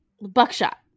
buckshot